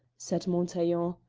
said montaiglon.